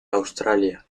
australia